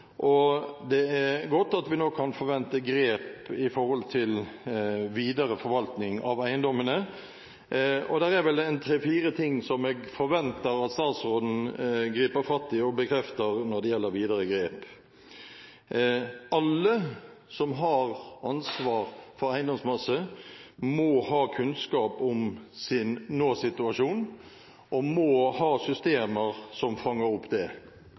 og det er godt at vi nå kan forvente grep for videre forvaltning av eiendommene. Det er tre–fire ting som jeg forventer at statsråden griper fatt i og bekrefter når det gjelder videre grep. Alle som har ansvar for eiendomsmasse, må ha kunnskap om sin nåsituasjon og må ha systemer som fanger opp det.